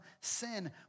sin